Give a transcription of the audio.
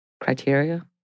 criteria